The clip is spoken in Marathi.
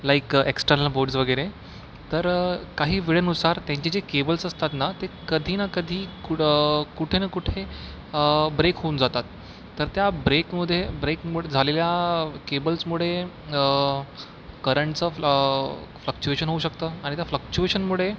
लाइक एक्स्टर्नल बोर्ड्स वगैरे तर काही वेळेनुसार त्यांचे जे केबल्स असतात ना ते कधी ना कधी कुठे ना कुठे ब्रेक होऊन जातात तर त्या ब्रेकमध्ये ब्रेकमुळे झालेल्या केबल्समुळे करंटचं फ्लक्चुएशन होऊ शकतं आणि त्या फ्लक्चुएशनमुळे